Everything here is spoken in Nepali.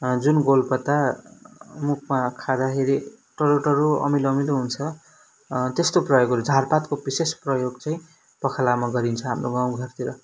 जुन गोल पत्ता मुखमा खाँदाखेरि टर्रो टर्रो अमिलो अमिलो हुन्छ त्यस्तो प्रयोगहरू झारपातको विशेष प्रयोगहरू चाहिँ पखालामा गरिन्छ हाम्रो गाउँ घरतिर